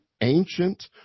ancient